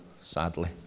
sadly